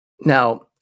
Now